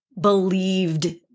believed